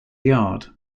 yard